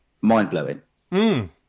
mind-blowing